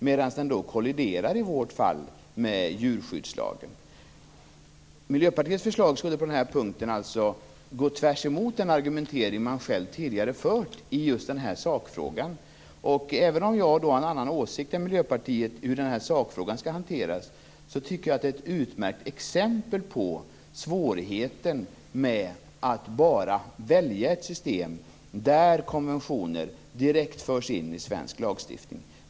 Men det kolliderar i vårt fall med djurskyddslagen. Miljöpartiets förslag skulle på den här punkten alltså gå tvärt emot den argumentering man själv tidigare fört i just den här sakfrågan. Även om jag har en annan åsikt än Miljöpartiet när det gäller hur sakfrågan skall hanteras tycker jag att det är ett utmärkt exempel på svårigheten med att bara välja ett system där konventioner direkt förs in i svensk lagstiftning.